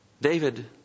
David